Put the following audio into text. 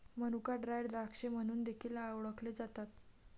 मनुका ड्राय द्राक्षे म्हणून देखील ओळखले जातात